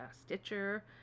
Stitcher